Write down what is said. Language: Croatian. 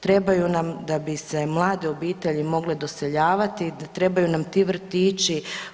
Trebaju nam da bi se mlade obitelji mogle doseljavati i trebaju nam ti vrtići.